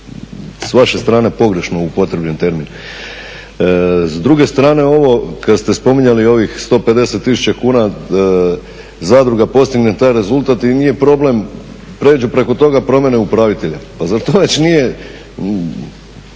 s vaše strane pogrešno upotrijebljen termin. S druge strane ovo kad ste spominjali ovih 150 tisuća kuna zadruga postigne taj rezultat i nije problem prijeđu preko toga, promijene upravitelja. Pa zar to već nije